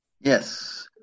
Yes